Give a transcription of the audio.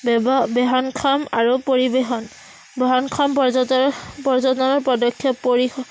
ব্যৱ বহনক্ষম আৰু পৰিৱেশন বহনক্ষম পৰ্যট পৰ্যটনৰ পদক্ষেপ পৰি